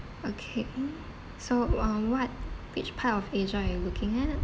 okay mm so um what which part of asia are you are looking at